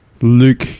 Luke